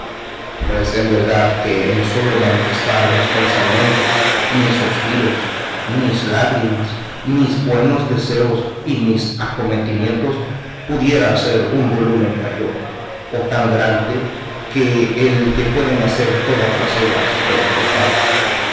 pues en verdad que en sólo manifestar mis pensamientos mis sospiros mis lágrimas mis buenos deseos y mis acometimientos pudiera hacer un volumen mayor o tan grande que el que pueden hacer todas las obras del tostado